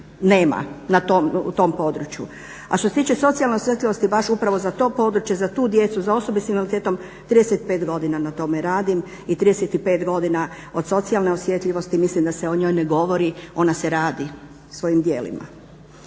nema na tom području. A što se tiče socijalne osjetljivosti baš upravo za to područje, za tu djecu, za osobe sa invaliditetom 35 godina na tome radim i 35 godina od socijalne osjetljivosti mislim da se o njoj ne govori ona se radi svojim djelima.